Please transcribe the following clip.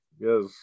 Yes